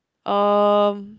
um